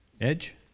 Edge